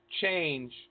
Change